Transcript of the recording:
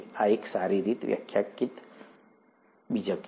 આ એક સારી રીતે વ્યાખ્યાયિત બીજક છે